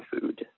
food